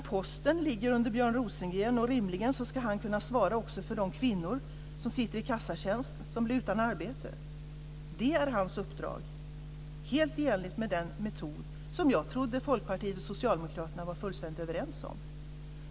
Men posten ligger under Björn Rosengren, och rimligen ska han kunna svara för de kvinnor som sysslar med kassatjänst och som blir utan arbete. Det är hans uppgift helt i enlighet med den metod som jag trodde att socialdemokraterna och Folkpartiet var fullständigt överens om.